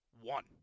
One